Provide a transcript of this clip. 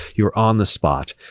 you are on the spot.